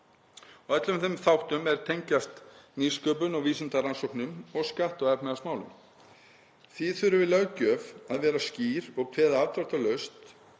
og öllum þeim þáttum er tengjast nýsköpun og vísindarannsóknum og skatta- og efnahagsmálum. Því þurfi löggjöf að vera skýr og kveða afdráttarlaust